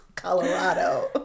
Colorado